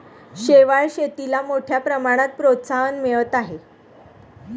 शेवाळ शेतीला मोठ्या प्रमाणात प्रोत्साहन मिळत आहे